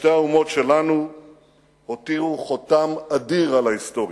שתי האומות שלנו הותירו חותם אדיר על ההיסטוריה,